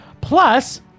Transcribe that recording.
Plus